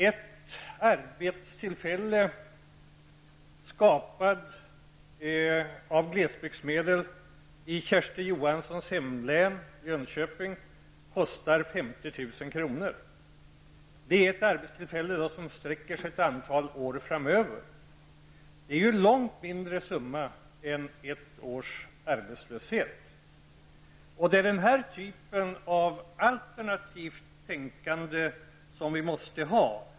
Ett arbetstillfälle skapat av glesbygdsmedel i Kersti Johanssons hemlän, dvs. i Jönköpings län, kostar 50 000 kr. Det handlar då om ett antal år framöver. Det blir fråga om en långt mindre summa än vad ett års arbetslöshet kostar. Det är den typen av alternativt tänkande som vi måste ha.